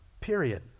period